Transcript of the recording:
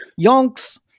yonks